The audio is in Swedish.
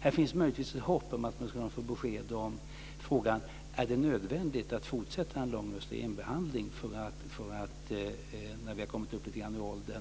Här finns möjligtvis ett hopp om att kunna få besked i frågan om huruvida det är nödvändigt att fortsätta en lång östrogenbehandling för att förhindra benskörhet när man kommit upp lite grann i ålder.